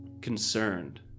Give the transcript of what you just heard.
concerned